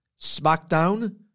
SmackDown